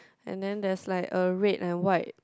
and then there's like a red and white